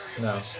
No